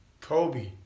Kobe